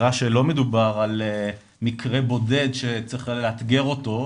נראה שלא מדובר על מקרה בודד שצריך לאתגר אותו,